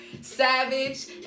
Savage